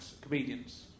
comedians